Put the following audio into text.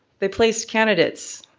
they placed candidates,